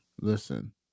listen